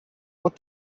what